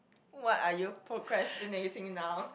what are you procrastinating now